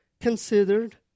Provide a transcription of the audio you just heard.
considered